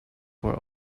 were